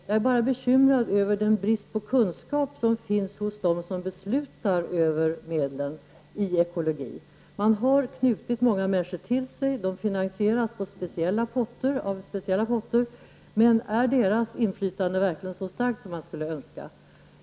Jag är bara bekymrad över den brist på kunskap om ekologi som finns hos dem som beslutar över medlen. Man har knutit många människor till sig, de finansierias av speciella fonder, men är deras inflytande så starkt som man skulle önska?